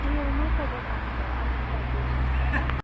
ए अँ माछा दोकानको अजय दाजु बोल्नु भएको